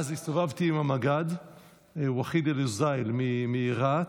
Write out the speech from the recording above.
אז הסתובבתי עם המג"ד ואחיד אלהוזייל מרהט,